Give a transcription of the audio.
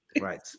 Right